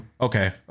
okay